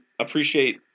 appreciate